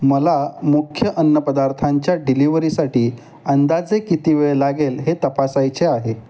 मला मुख्य अन्नपदार्थांच्या डिलिव्हरीसाठी अंदाजे किती वेळ लागेल हे तपासायचे आहे